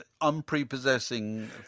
unprepossessing